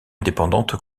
indépendante